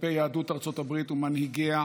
כלפי יהדות ארצות הברית ומנהיגיה.